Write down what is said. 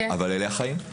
אבל אלה החיים.